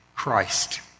Christ